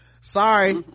sorry